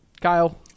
Kyle